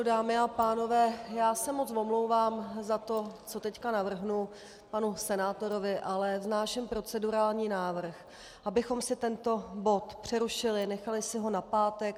Dámy a pánové, já se moc omlouvám za to, co teď navrhnu panu senátorovi, ale vznáším procedurální návrh, abychom si tento bod přerušili, nechali si ho na pátek.